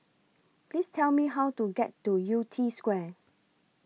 Please Tell Me How to get to Yew Tee Square